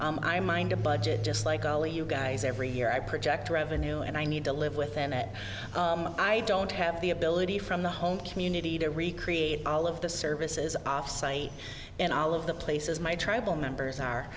wealth i mind a budget just like ali you guys every year i project revenue and i need to live within it i don't have the ability from the home community to recreate all of the services offsite and all of the places my tribal members are